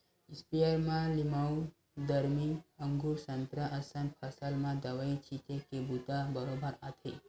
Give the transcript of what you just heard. sprayer म लीमउ, दरमी, अगुर, संतरा असन फसल म दवई छिते के बूता बरोबर आथे